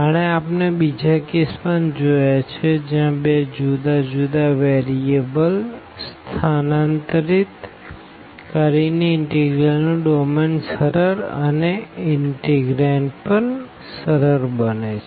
અને આપણે બીજા કેસ પણ જોયા છે જ્યાં બે જુદા જુદા વેરીએબલ્સ સબસ્ટીટ્યુટ કરીને ઇન્ટિગ્રલનું ડોમેન સરળ અને ઇન્ટિગ્રેન્ડ પણ સરળ બને છે